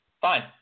Fine